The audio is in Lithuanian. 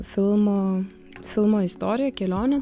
filmo filmo istoriją kelionę